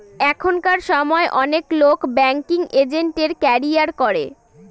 এখনকার সময় অনেক লোক ব্যাঙ্কিং এজেন্টের ক্যারিয়ার করে